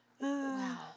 Wow